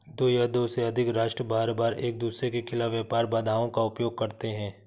दो या दो से अधिक राष्ट्र बारबार एकदूसरे के खिलाफ व्यापार बाधाओं का उपयोग करते हैं